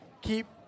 keep